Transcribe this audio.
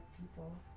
people